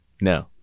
No